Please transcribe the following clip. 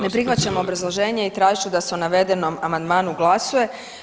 Ne prihvaćam obrazloženje i tražit ću da se o navedenom amandmanu glasuje.